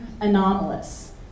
anomalous